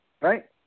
Right